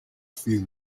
few